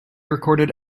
recorded